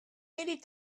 many